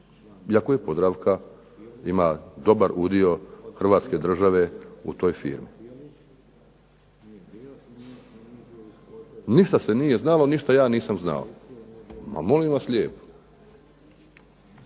iako je podravka ima dobar udio Hrvatske države u toj firmi. Ništa se nije znalo, ništa ja nisam znao, ma molim vas lijepo.